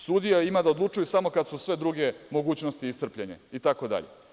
Sudija ima da odlučuje samo kada su sve druge mogućnosti iscrpljene itd.